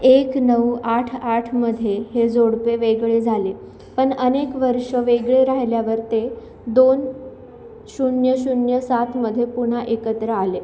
एक नऊ आठ आठमध्ये हे जोडपे वेगळे झाले पण अनेक वर्षं वेगळे राहिल्यावर ते दोन शून्य शून्य सातमध्ये पुन्हा एकत्र आले